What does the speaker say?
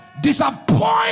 Disappoint